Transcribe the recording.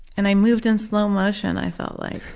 and i moved in slow motion, i felt like.